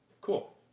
Cool